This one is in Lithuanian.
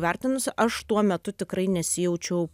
vertinusi aš tuo metu tikrai nesijaučiau